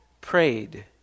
prayed